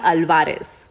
Alvarez